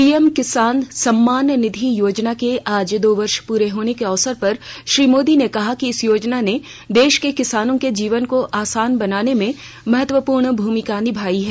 PM किसान सम्मान निधि योजना के आज दो वर्ष पूरे होने के अवसर पर श्री मोदी ने कहा कि इस योजना ने देश के किसानों के जीवन को आसान बनाने में महत्वपूर्ण भूमिका निभाई है